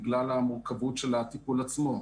בגלל המורכבות של הטיפול עצמו.